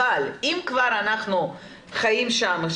אבל אם כבר אנחנו חיים שם,